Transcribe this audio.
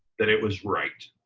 that it was right.